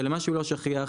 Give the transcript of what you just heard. ולמה שלא שכיח,